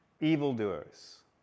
evildoers